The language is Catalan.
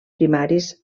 primaris